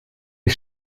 die